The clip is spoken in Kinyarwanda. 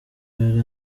yari